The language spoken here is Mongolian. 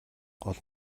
гол